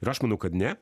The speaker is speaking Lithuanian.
ir aš manau kad ne